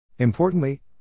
Importantly